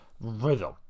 rhythm